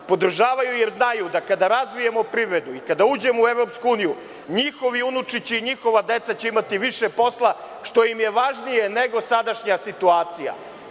Podržavaju jer znaju da kada razvijemo privredu i kada uđemo u EU, njihovi unučići i njihova deca će imati više posla, što im je važnije nego sadašnja situacija.